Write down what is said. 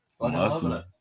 awesome